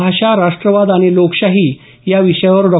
भाषा राष्ट्रवाद आणि लोकशाही विषयावर डॉ